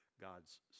God's